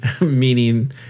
meaning